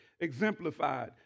exemplified